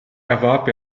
erwarb